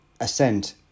assent